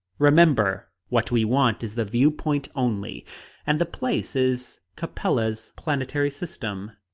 remember what we want is the view-point only and the place is capella's planetary system.